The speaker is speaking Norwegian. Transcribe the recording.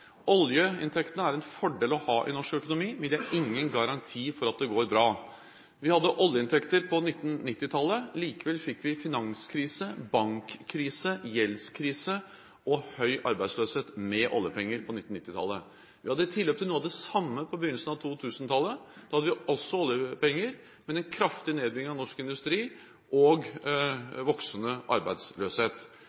Oljeinntektene er en fordel å ha i norsk økonomi, men de er ingen garanti for at det går bra. Vi hadde oljeinntekter på 1990-tallet – likevel fikk vi finanskrise, bankkrise, gjeldskrise og høy arbeidsløshet. Det var tilløp til noe av det samme på begynnelsen av 2000-tallet. Da hadde vi oljepenger, men også en kraftig nedbygging av norsk industri og